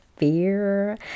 fear